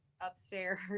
upstairs